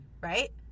right